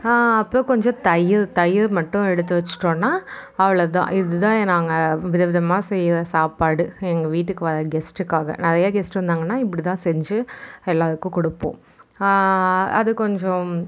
அப்புறம் கொஞ்சம் தயிர் தயிர் மட்டும் எடுத்து வச்சிட்டோம்னா அவ்வளோ தான் இது தான் நாங்கள் வித விதமாக செய்கிற சாப்பாடு எங்கள் வீட்டுக்கு வர கெஸ்ட்டுக்காக நிறையா கெஸ்ட்டு வந்தாங்கன்னால் இப்படி தான் செஞ்சு எல்லாருக்கும் கொடுப்போம் அது கொஞ்சம்